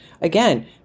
Again